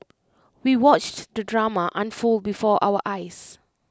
we watched the drama unfold before our eyes